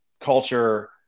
culture